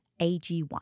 AG1